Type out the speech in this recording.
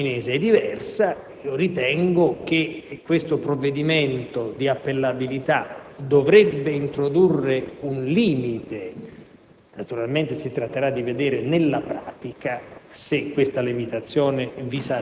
La posizione cinese è diversa. Io ritengo che questo provvedimento di appellabilità dovrebbe introdurre un limite; naturalmente,